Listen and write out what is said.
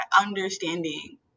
understanding